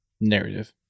narrative